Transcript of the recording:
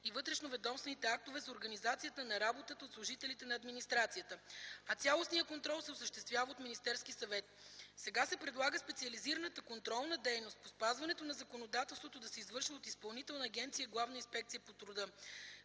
и вътрешноведомствените актове за организацията на работата от служителите на администрацията, а цялостният контрол се осъществява от Министерски съвет. Сега се предлага специализираната контролна дейност по спазването на законодателството да се извършва от Изпълнителна агенция „Главна инспекция по труда”.